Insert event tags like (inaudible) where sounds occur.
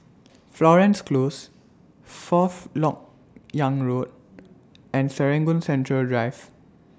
(noise) Florence Close Fourth Lok Yang Road and Serangoon Central Drive